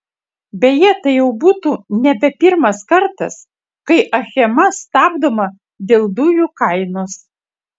beje tai jau būtų nebe pirmas kartas kai achema stabdoma dėl dujų kainos